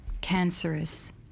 cancerous